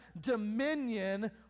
dominion